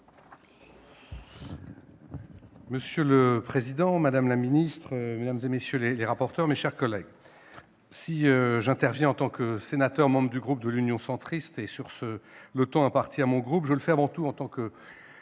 Monsieur le président, madame la ministre, madame, messieurs les rapporteurs, mes chers collègues, si j'interviens en tant que membre du groupe Union Centriste sur le temps imparti à mon groupe, je le fais avant tout en tant que président